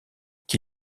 qui